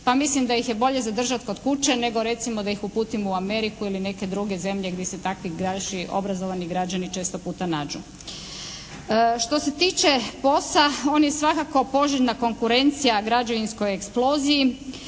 pa mislim da ih je bolje zadržati kod kuće nego recimo da ih uputimo u Ameriku ili neke druge zemlje gdje se takvi obrazovani građani često puta nađu. Što se tiče POS-a on je svakako poželjna konkurencija građevinskoj eksploziji